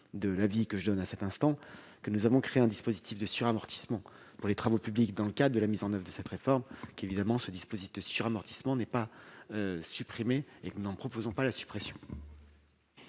de l'avis que je donne à cet instant, que nous avons créé un dispositif de suramortissement pour les travaux publics dans le cadre de la mise en oeuvre de cette réforme, lequel dispositif n'est pas supprimé ; et nous n'en proposons pas la suppression.